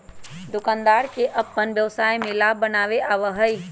दुकानदार के अपन व्यवसाय में लाभ बनावे आवा हई